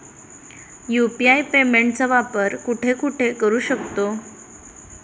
UPI पेमेंटचा वापर कुठे कुठे करू शकतो?